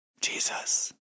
Jesus